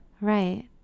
Right